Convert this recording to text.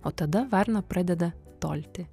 o tada varna pradeda tolti